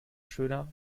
schöner